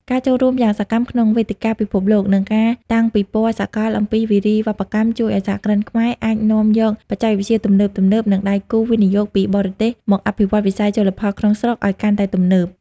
ការចូលរួមយ៉ាងសកម្មក្នុងវេទិកាពិភាក្សា និងការតាំងពិព័រណ៍សកលអំពីវារីវប្បកម្ម ជួយឱ្យសហគ្រិនខ្មែរអាចនាំយកបច្ចេកវិទ្យាទំនើបៗ និងដៃគូវិនិយោគពីបរទេសមកអភិវឌ្ឍវិស័យជលផលក្នុងស្រុកឱ្យកាន់តែទំនើប។